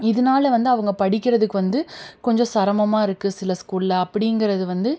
இதனால் வந்து அவங்க படிக்கறதுக்கு வந்து கொஞ்சம் சிரமமாக இருக்குது சில ஸ்கூலில் அப்படிங்கிறது வந்து